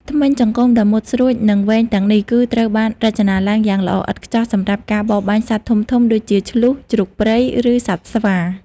ធ្មេញចង្កូមដ៏មុតស្រួច និងវែងទាំងនេះគឺត្រូវបានរចនាឡើងយ៉ាងល្អឥតខ្ចោះសម្រាប់ ការបរបាញ់សត្វធំៗ ដូចជា ឈ្លូស ជ្រូកព្រៃ ឬសត្វស្វា។